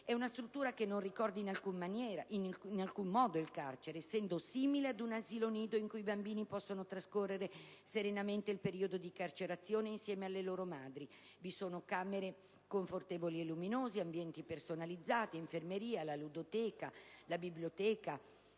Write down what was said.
È una struttura che non ricorda in alcun modo il carcere, essendo simile ad un asilo nido in cui i bambini possono trascorrere serenamente il periodo di "carcerazione" insieme alle loro madri: vi sono camere confortevoli e luminose, ambienti personalizzati, infermeria, ludoteca, biblioteca